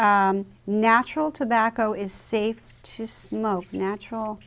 natural tobacco is safe to smoke natural